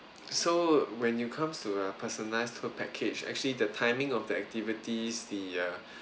so when you come to a personalised full package actually the timing of the activities the err